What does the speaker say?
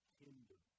hinder